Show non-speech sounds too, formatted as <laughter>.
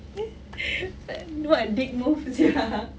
<laughs> what a dick move <laughs> sia